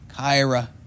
Kyra